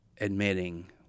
admitting